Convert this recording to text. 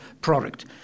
product